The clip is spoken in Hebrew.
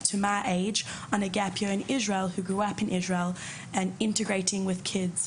בתוכנית גאפ שגדלו בישראל ולהיפגש איתם.